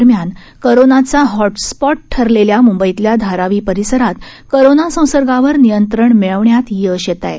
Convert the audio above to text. दरम्यान कोरोनाचा हॉटस्पॉट ठरलेल्या मुंबईतल्या धारावी परिसरात कोरोना संसर्गावर नियंत्रणात मिळवण्यात यश येतं आहे